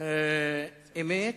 אמת